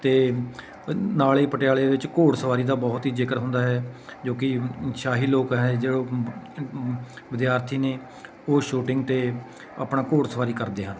ਅਤੇ ਨਾਲ ਹੀ ਪਟਿਆਲੇ ਵਿੱਚ ਘੋੜ ਸਵਾਰੀ ਦਾ ਬਹੁਤ ਹੀ ਜ਼ਿਕਰ ਹੁੰਦਾ ਹੈ ਜੋ ਕਿ ਸ਼ਾਹੀ ਲੋਕ ਹੈ ਜੋ ਵਿਦਿਆਰਥੀ ਨੇ ਉਹ ਸ਼ੂਟਿੰਗ ਅਤੇ ਆਪਣਾ ਘੋੜ ਸਵਾਰੀ ਕਰਦੇ ਹਨ